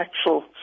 actual